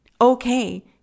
okay